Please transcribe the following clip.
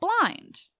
blind